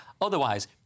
Otherwise